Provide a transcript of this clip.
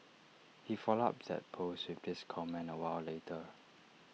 he followed up that post with this comment A while later